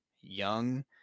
young